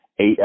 eight